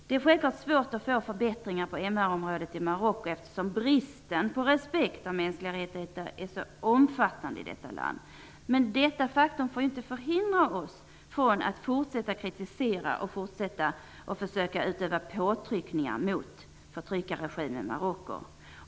Det är svårt att få förbättringar på MR-området i Marocko, eftersom bristen på respekt av mänskliga rättigheter är så omfattande i detta land. Men detta faktum får inte förhindra oss från fortsätta kritisera och försöka utöva påtryckningar mot förtryckarregimen Marocko.